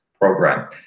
program